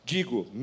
Digo